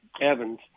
Evans